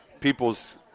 people's